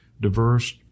diverse